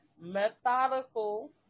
Methodical